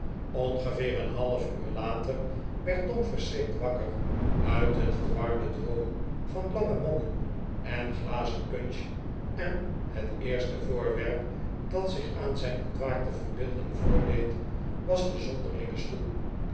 ongeveer een half uur later werd tom verschrikt wakker uit een verwarden droom van lange mannen en glazen punch en het eerste voorwerp dat zich aan zijn ontwaakte verbeelding voordeed was de zonderlinge stoel